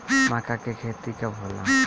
माका के खेती कब होला?